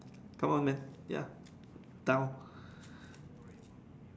come on man ya down